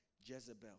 Jezebel